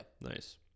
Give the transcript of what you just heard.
Nice